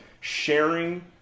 sharing